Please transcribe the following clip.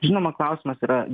žinoma klausimas yra